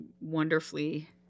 wonderfully